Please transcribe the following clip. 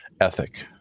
ethic